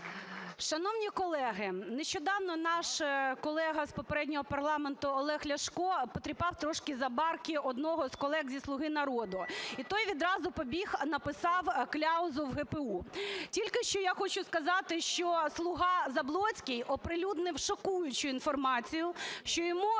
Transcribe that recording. Шановні колеги, нещодавно наш колега з попереднього парламенту Олег Ляшко потріпав трошки за барки одного з колег зі "Слуги народу" і той відразу побіг написав кляузу в ГПУ. Тільки що я хочу сказати, що "слуга" Заблоцький оприлюднив шокуючу інформацію, що йому